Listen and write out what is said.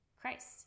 Christ